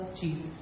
Jesus